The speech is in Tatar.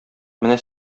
менә